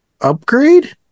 upgrade